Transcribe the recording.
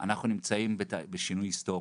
אנחנו נמצאים בשינוי היסטורי,